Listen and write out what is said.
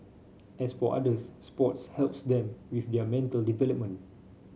as for others sports helps them with their mental development